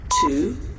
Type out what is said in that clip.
Two